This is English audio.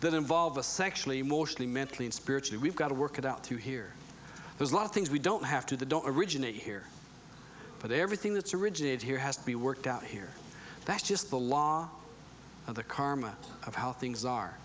that involve a sexually mostly mental and spiritual we've got to work it out to here there's a lot of things we don't have to the don't originate here but everything that's originated here has to be worked out here that's just the law of the karma of how things are